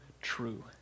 true